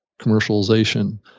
commercialization